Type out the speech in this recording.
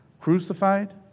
crucified